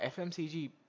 FMCG